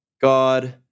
God